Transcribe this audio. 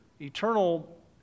Eternal